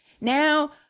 now